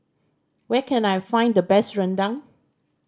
where can I find the best rendang